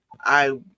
I-